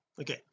okay